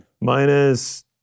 Minus